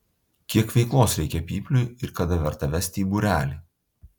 kiek veiklos reikia pypliui ir kada verta vesti į būrelį